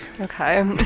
okay